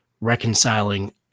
reconciling